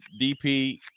dp